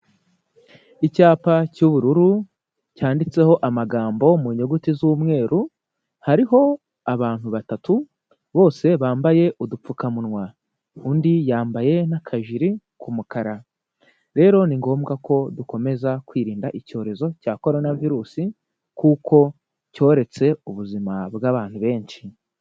Icyapa cy'ubururu cyanditseho amagambo mu nyuguti z'umweru, hariho abantu batatu bose bambaye udupfukamunwa, undi yambaye n'akajiri k'umukara. rero ni ngombwa ko dukomeza kwirinda icyorezo cya coronavirusi kuko cyoretse ubuzima bw'abantu benshi.